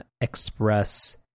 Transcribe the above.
Express